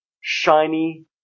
shiny